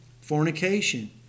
fornication